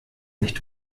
nicht